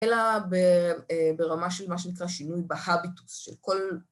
אלא ברמה של מה שנקרא שינוי בהביטוס של כל